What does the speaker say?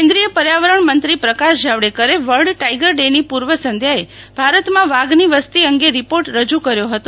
કેન્દ્રિય પર્યાવરણ મંત્રી પ્રકાશ જાવડેકરે વર્લ્ડ ટાઈગર ડેની પૂર્વ સંધ્યાએ ભારતમાં વાઘની વસ્તી અંગે રિપોર્ટ રજૂ કર્યો હતો